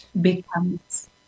becomes